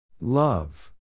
Love